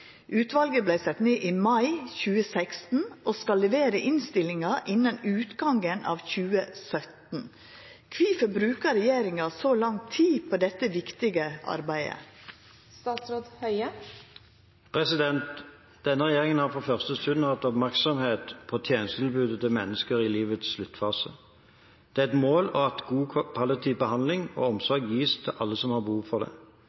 Utvalet blei sett ned i mai 2016, og skal levere innstillinga innan utgangen av 2017. Kvifor brukar regjeringa så lang tid på dette viktige arbeidet?» Denne regjeringen har fra første stund hatt oppmerksomhet på tjenestetilbudet til mennesker i livets sluttfase. Det er et mål at god palliativ behandling og omsorg gis til alle som har behov for det.